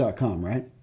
right